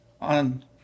on